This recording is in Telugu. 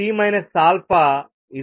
అవుతుంది